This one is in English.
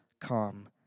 calm